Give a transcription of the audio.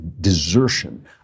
desertion